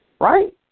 right